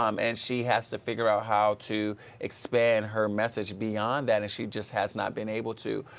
um and she has to figure out how to expand her message beyond and she just has not been able to.